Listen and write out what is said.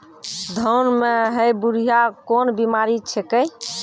धान म है बुढ़िया कोन बिमारी छेकै?